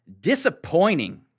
Disappointing